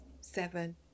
seven